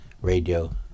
Radio